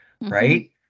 right